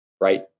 right